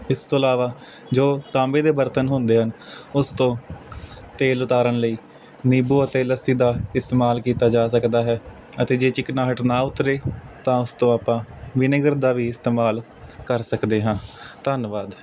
ਇਸ ਤੋਂ ਇਲਾਵਾ ਜੋ ਤਾਂਬੇ ਦੇ ਬਰਤਨ ਹੁੰਦੇ ਹਨ ਉਸ ਤੋਂ ਤੇਲ ਉਤਾਰਨ ਲਈ ਨਿੰਬੂ ਅਤੇ ਲੱਸੀ ਦਾ ਇਸਤੇਮਾਲ ਕੀਤਾ ਜਾ ਸਕਦਾ ਹੈ ਅਤੇ ਜੇ ਚਿਕਨਾਹਟ ਨਾ ਉਤਰੇ ਤਾਂ ਉਸਤੇ ਆਪਾਂ ਵਿਨੇਗਰ ਦਾ ਵੀ ਇਸਤੇਮਾਲ ਕਰ ਸਕਦੇ ਹਾਂ ਧੰਨਵਾਦ